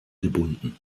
gebunden